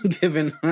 given